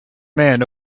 man